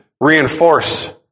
reinforce